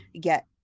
get